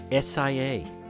SIA